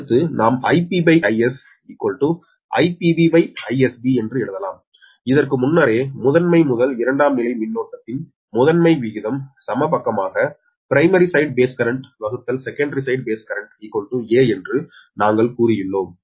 அடுத்து நாம் IpIsIpBIsB என்று எழுதலாம் இதற்கு முன்னரே முதன்மை முதல் இரண்டாம் நிலை மின்னோட்டத்தின் முதன்மை விகிதம் சம பக்கமாக primary side base currentsecondary side base currenta என்று நாங்கள் கூறியுள்ளோம்